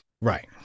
Right